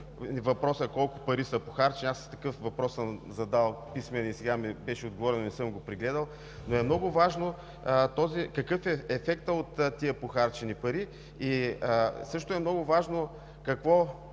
въпросът колко пари са похарчени – аз такъв въпрос съм задал писмено и сега ми беше отговорено, но не съм го прегледал, но е много важно какъв е ефектът от тези похарчени пари и също е много важно какво